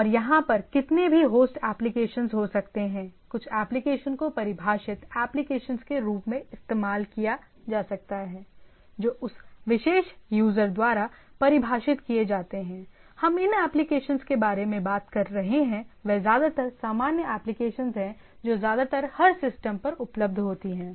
और यहां पर कितने भी होस्ट एप्लीकेशंस हो सकते हैं कुछ एप्लीकेशन को परिभाषित एप्लीकेशंस के रूप में इस्तेमाल किया जा सकता है जो उस विशेष यूजर द्वारा परिभाषित किए जाते हैं हम जिन एप्लीकेशंस के बारे में बात कर रहे हैं वे ज्यादातर सामान्य एप्लीकेशं हैं जो ज्यादातर हर सिस्टम पर उपलब्ध होती हैं